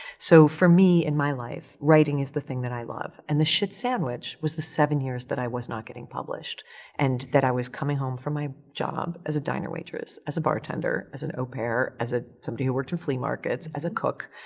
so for me in my life writing is the thing that i love and the shit sandwich was the seven years that i was not getting published and that i was coming home from my job as a diner waitress, as a bartender, as an au pair, as a, somebody who worked in flea markets, as a cook,